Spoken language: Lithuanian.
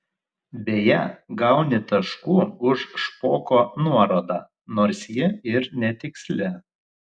beje gauni taškų už špoko nuorodą nors ji ir netiksli